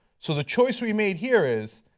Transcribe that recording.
so the choice we made here is,